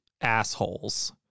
assholes